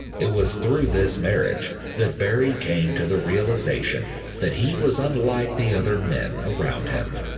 it was through this marriage that barrie came to the realization that he was unlike the other men around him.